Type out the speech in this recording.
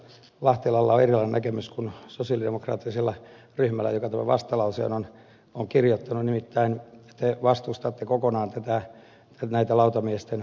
lahtelalla on erilainen näkemys kuin sosialidemokraattisella ryhmällä joka tämän vastalauseen on kirjoittanut nimittäin te vastustatte kokonaan lautamiesten vähentämistä